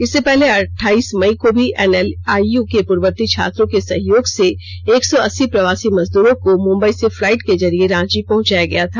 इससे पहले अठाइस मई को भी एनएलआईयू के पूर्ववर्ती छात्रों के सहयोग से एक सौ अस्सी प्रवासी मजदूरों को मुंबई से फ्लाइट के जरिए रांची पहचाया गया था